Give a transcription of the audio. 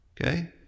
Okay